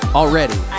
already